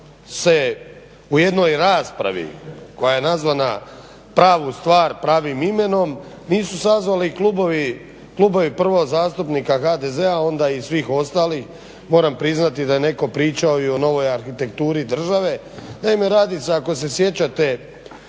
se u jednoj raspravi koja je nazvala pravu stvar pravim imenom nisu sazvali klubovi prvo zastupnika HDZ-a onda i svih ostalih. Moram priznati da je netko pričao i o novoj arhitekturi države. Naime, radi se ako se sjećate